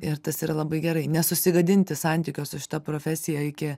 ir tas yra labai gerai nesusigadinti santykio su šita profesija iki